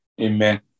Amen